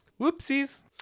whoopsies